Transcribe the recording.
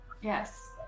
Yes